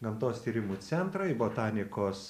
gamtos tyrimų centrą į botanikos